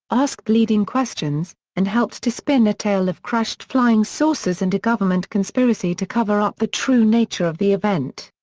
asked leading questions, and helped to spin a tale of crashed flying saucers and a government conspiracy to cover up the true nature of the event.